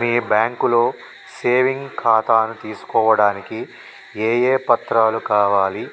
మీ బ్యాంకులో సేవింగ్ ఖాతాను తీసుకోవడానికి ఏ ఏ పత్రాలు కావాలి